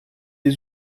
des